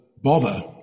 Bother